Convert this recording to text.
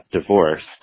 divorced